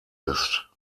ist